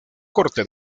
corte